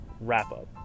wrap-up